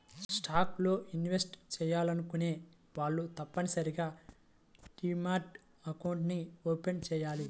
stocks లో invest చెయ్యాలనుకునే వాళ్ళు తప్పనిసరిగా డీమ్యాట్ అకౌంట్ని ఓపెన్ చెయ్యాలి